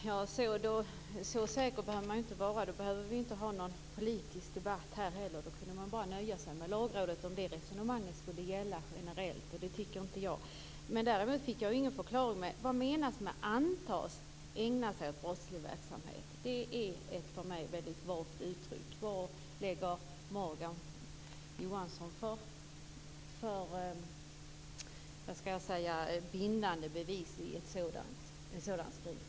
Fru talman! Så säker bör man inte vara. Då behöver vi inte heller ha någon politisk debatt här i kammaren. Om det resonemanget skulle gälla generellt kunde man nöja sig med bara Lagrådet, och det tycker inte jag. Däremot fick jag ingen förklaring. Vad menas med att man kan antas ägna sig åt brottslig verksamhet? Det är ett för mig väldigt vagt uttryck. Vad lägger Morgan Johansson för bindande bevis i en sådan skrivning?